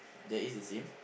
that is the same